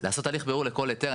לעשות הליך בירור לכל היתר,